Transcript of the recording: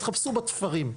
תחפשו בתפרים,